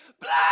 black